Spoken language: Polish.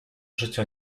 życia